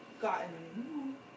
gotten